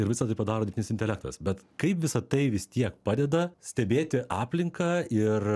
ir visa tai padaro dirbtinis intelektas bet kaip visa tai vis tiek padeda stebėti aplinką ir